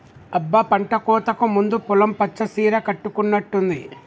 అబ్బ పంటకోతకు ముందు పొలం పచ్చ సీర కట్టుకున్నట్టుంది